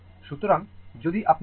সুতরাং যদি আপনি করেন